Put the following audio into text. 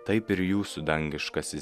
taip ir jūsų dangiškasis